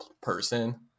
person